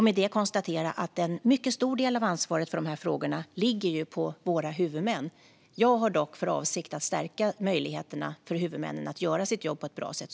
Med det konstaterar jag att en mycket stor del av ansvaret för dessa frågor ligger på våra huvudmän. Jag har dock för avsikt att så mycket som möjligt stärka möjligheterna för huvudmännen att göra sitt jobb på ett bra sätt.